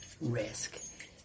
risk